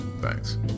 Thanks